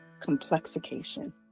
complexication